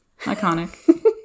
Iconic